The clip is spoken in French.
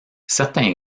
certains